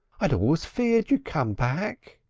i'd always feared you'd come back.